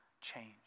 change